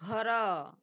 ଘର